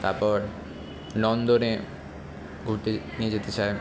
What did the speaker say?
তারপর নন্দনে ঘুরতে নিয়ে যেতে চায়